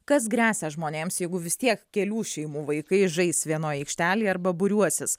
kas gresia žmonėms jeigu vis tiek kelių šeimų vaikai žais vienoj aikštelėj arba būriuosis